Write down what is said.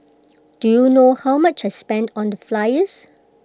do you know how much I spent on the flyers